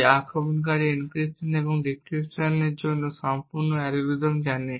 যে আক্রমণকারী এনক্রিপশন ডিক্রিপশনের জন্য সম্পূর্ণ অ্যালগরিদম জানে